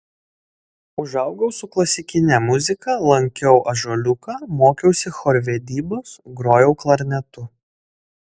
užaugau su klasikine muzika lankiau ąžuoliuką mokiausi chorvedybos grojau klarnetu